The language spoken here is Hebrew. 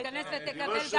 היא תיכנס ותקבל גם תקציב?